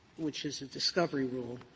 which is a discovery rule,